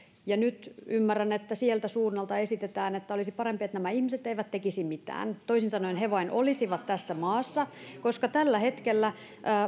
niin nyt ymmärrän että sieltä suunnalta esitetään että olisi parempi että nämä ihmiset eivät tekisi mitään toisin sanoen he vain olisivat tässä maassa koska tällä hetkellä